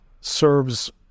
serves